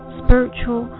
spiritual